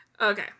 Okay